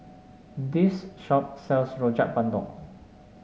this shop sells Rojak Bandung